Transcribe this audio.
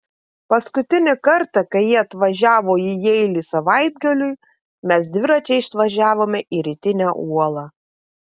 paskutinį kartą kai ji atvažiavo į jeilį savaitgaliui mes dviračiais važiavome į rytinę uolą